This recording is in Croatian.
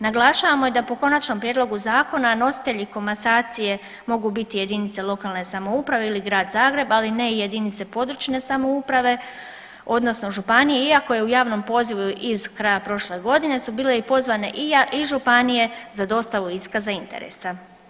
Naglašavamo da po konačnom prijedlogu zakona nositelji komasacije mogu biti jedinice lokalne samouprave ili grad Zagreb, ali ne i jedinice područne samouprave, odnosno županije iako je u javnom pozivu iz kraja prošle godine su bile pozvane i županije za dostavu iskaza interesa.